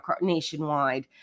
nationwide